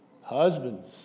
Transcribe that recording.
Husbands